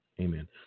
Amen